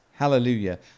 hallelujah